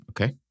Okay